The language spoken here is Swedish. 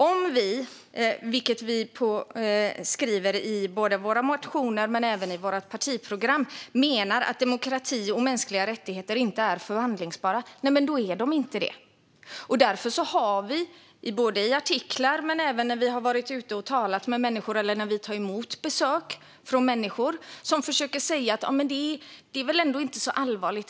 Om vi, vilket vi skriver både i våra motioner och i vårt partiprogram, menar att demokrati och mänskliga rättigheter inte är förhandlingsbara är de inte det. Därför har vi sagt ifrån, såväl i artiklar som när vi har varit ute och talat med människor eller tagit emot besök från människor som försöker säga att det som händer på Kuba väl ändå inte är så allvarligt.